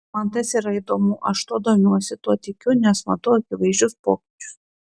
man tas yra įdomu aš tuo domiuosi tuo tikiu nes matau akivaizdžius pokyčius